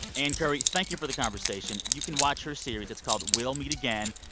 ann curry, thank you for the conversation. you can watch her series. it's called we'll meet again.